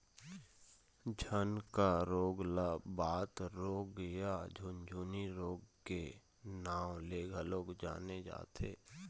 झनकहा रोग ल बात रोग या झुनझनी रोग के नांव ले घलोक जाने जाथे